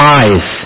eyes